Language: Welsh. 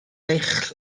eich